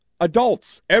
adults